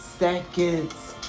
seconds